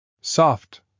Soft